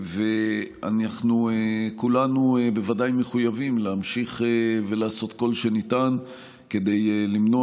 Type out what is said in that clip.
אנחנו כולנו בוודאי מחויבים להמשיך ולעשות כל שניתן כדי למנוע